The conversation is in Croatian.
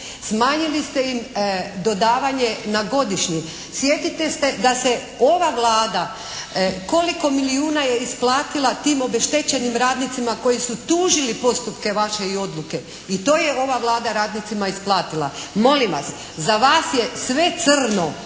Smanjili ste im dodavanje na godišnji. Sjetite se da se ova Vlada koliko milijuna je isplatila tim obeštećenim radnicima koji su tužili postupke vaše i odluke. I to je ova Vlada ovim radnicima isplatila. Molim vas! Za vas je sve crno,